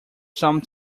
some